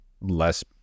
less